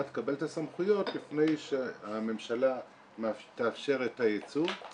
תקבל את הסמכויות לפני שהממשלה תאפשר את הייצוא.